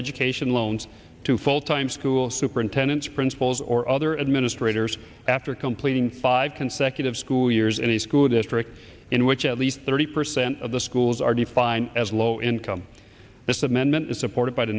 education loans to full time school superintendents principals or other administrators after completing five consecutive school years in the school district in which at least thirty percent of the schools are defined as low income